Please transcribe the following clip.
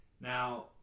Now